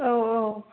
औ औ